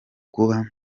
kuba